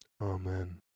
Amen